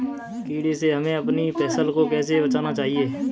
कीड़े से हमें अपनी फसल को कैसे बचाना चाहिए?